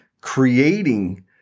creating